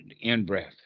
in-breath